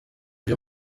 uyu